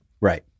Right